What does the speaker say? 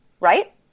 right